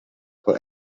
for